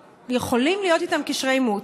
שיכולים להיות איתן קשרי אימוץ.